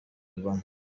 obama